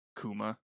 kuma